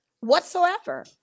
whatsoever